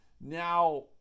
Now